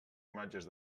imatges